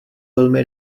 velmi